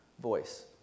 voice